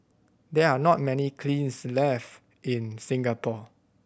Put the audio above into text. there are not many kilns left in Singapore